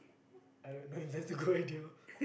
I got no intent to go with you